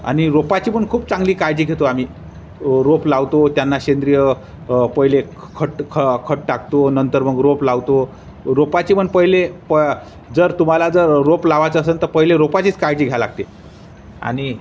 आणि रोपाची पण खूप चांगली काळजी घेतो आम्ही रोप लावतो त्यांना सेंद्रिय पहिले खट ख खत टाकतो नंतर मग रोप लावतो रोपाची पण पहिले प जर तुम्हाला जर रोप लावायचं असेल तर पहिले रोपाचीच काळजी घ्याय लागते आणि